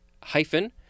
hyphen